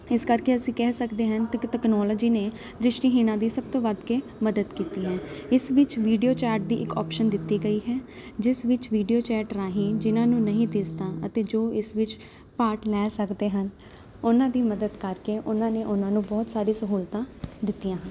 ਇਸ ਕਰਕੇ ਅਸੀਂ ਕਹਿ ਸਕਦੇ ਹਨ ਤਕ ਤਕਨੋਲੋਜੀ ਨੇ ਦ੍ਰਿਸ਼ਟੀਹੀਣਾਂ ਦੀ ਸਭ ਤੋਂ ਵੱਧ ਕੇ ਮਦਦ ਕੀਤੀ ਹੈ ਇਸ ਵਿੱਚ ਵੀਡੀਓ ਚਾਟ ਦੀ ਇੱਕ ਆਪਸ਼ਨ ਦਿੱਤੀ ਗਈ ਹੈ ਜਿਸ ਵਿੱਚ ਵੀਡੀਓ ਚੈਟ ਰਾਹੀਂ ਜਿਹਨਾਂ ਨੂੰ ਨਹੀਂ ਦਿਸਦਾ ਅਤੇ ਜੋ ਇਸ ਵਿੱਚ ਪਾਰਟ ਲੈ ਸਕਦੇ ਹਨ ਉਹਨਾਂ ਦੀ ਮਦਦ ਕਰਕੇ ਉਹਨਾਂ ਨੇ ਉਹਨਾਂ ਨੂੰ ਬਹੁਤ ਸਾਰੀ ਸਹੂਲਤਾਂ ਦਿੱਤੀਆਂ ਹਨ